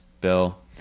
bill